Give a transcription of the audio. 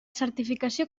certificació